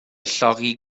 llogi